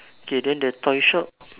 okay then the toy shop